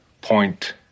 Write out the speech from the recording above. point